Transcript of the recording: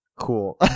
Cool